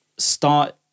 start